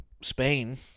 Spain